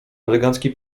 elegancki